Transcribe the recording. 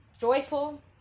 joyful